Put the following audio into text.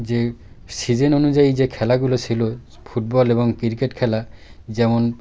যে সিজন অনুযায়ী যে খেলাগুলো ছিল ফুটবল এবং ক্রিকেট খেলা যেমন